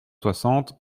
soixante